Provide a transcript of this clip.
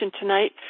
tonight